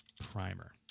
primer